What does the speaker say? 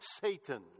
satan